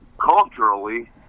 culturally